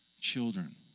children